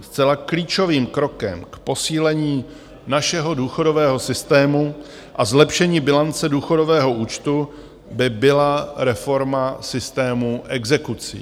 Zcela klíčovým krokem k posílení našeho důchodového systému a zlepšení bilance důchodového účtu by byla reforma systému exekucí.